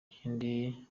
kindi